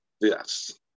Yes